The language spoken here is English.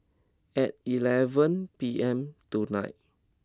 at eleven P M tonight